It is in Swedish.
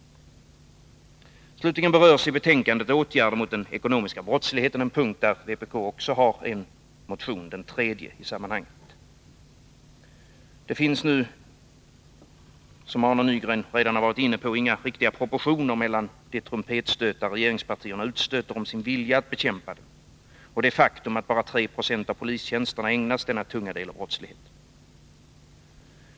Slutligen berörs i betänkandet åtgärder mot den ekonomiska brottsligheten — en punkt där vpk också har en motion, den tredje i sammanhanget. Det finns, som Arne Nygren redan har varit inne på, inga proportioner mellan de trumpetstötar regeringspartierna utstöter om sin vilja att bekämpa denna brottslighet och det faktum, att bara 3 70 av polistjänsterna ägnas den här tunga delen av brottsligheten.